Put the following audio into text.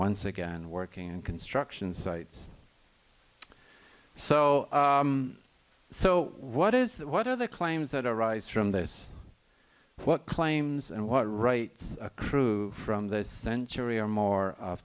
once again working in construction sites so so what is what are the claims that arise from this what claims and what rights a crew from this century or more